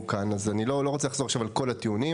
כאן אני לא רוצה לחזור עכשיו על כל הטיעונים,